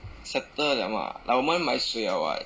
settle 了吗 like 我们买水了 [what]